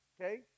okay